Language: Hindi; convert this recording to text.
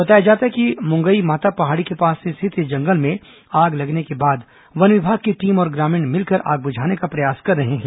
बताया जाता है कि मुंगई माता पहाड़ी के पास स्थित इस जंगल में आग लगने के बाद वन विभाग की टीम और ग्रामीण मिलकर आग बुझाने का प्रयास कर रहे हैं